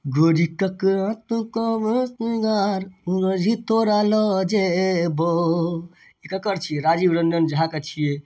गोरी ककरा तू कहबे सिङ्गार तोरा लऽ जेबौ ई ककर छियै राजीव रंजन झाके छियै